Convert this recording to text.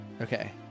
Okay